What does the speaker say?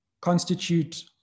constitute